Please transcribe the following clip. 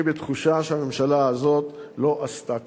אני בתחושה שהממשלה הזאת לא עשתה כלום,